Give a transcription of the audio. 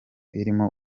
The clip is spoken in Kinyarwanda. irimo